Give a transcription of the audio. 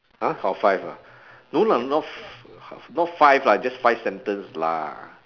!huh! got five ah no lah not fi~ not five lah just five sentence lah